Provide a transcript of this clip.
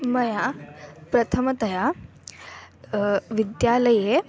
मया प्रथमतया विद्यालये